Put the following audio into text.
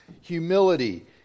humility